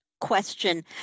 question